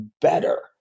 better